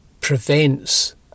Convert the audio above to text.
prevents